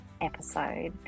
episode